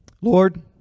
Lord